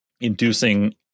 inducing